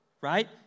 Right